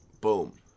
boom